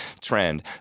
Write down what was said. trend